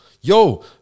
yo